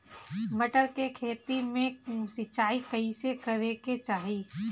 मटर के खेती मे सिचाई कइसे करे के चाही?